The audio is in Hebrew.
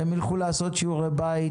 הם ילכו לעשות שיעורי בית,